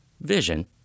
vision